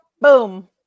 Boom